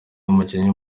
umukinnyi